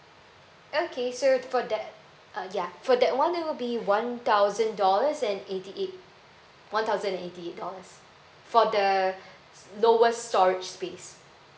okay so for that uh ya for that one it will be one thousand dollars and eighty eight one thousand and eighty eight dollars for the lowest storage space